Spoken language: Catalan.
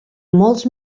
molts